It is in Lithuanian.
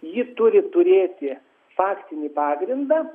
ji turi turėti faktinį pagrindą